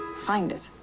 find it.